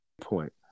point